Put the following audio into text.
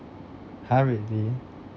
!huh! really